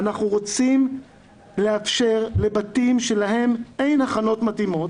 אנחנו רוצים לאפשר לבתים שלהם אין הכנות מתאימות